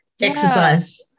exercise